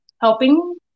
helping